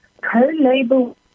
co-label